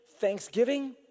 thanksgiving